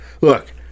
look